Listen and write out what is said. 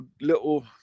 little